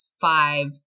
five